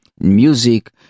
music